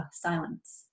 silence